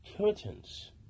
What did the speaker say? curtains